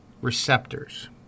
Receptors